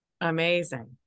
Amazing